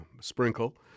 sprinkle